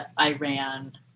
Iran